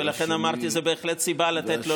ולכן אמרתי שזו סיבה לתת לו,